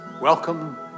Welcome